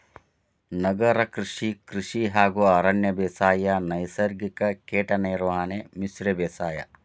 ನಗರ ಕೃಷಿ, ಕೃಷಿ ಹಾಗೂ ಅರಣ್ಯ ಬೇಸಾಯ, ನೈಸರ್ಗಿಕ ಕೇಟ ನಿರ್ವಹಣೆ, ಮಿಶ್ರ ಬೇಸಾಯ